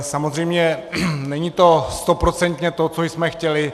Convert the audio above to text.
Samozřejmě to není stoprocentně to, co jsme chtěli.